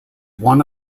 one